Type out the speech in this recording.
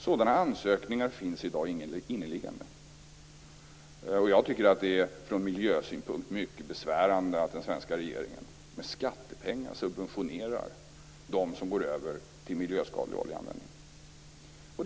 Sådana ansökningar finns inneliggande i dag. Jag tycker att det från miljösynpunkt är mycket besvärande att den svenska regeringen med skattepengar subventionerar dem som går över till miljöskadlig oljeanvändning.